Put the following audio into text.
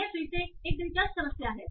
यह फिर से एक दिलचस्प समस्या है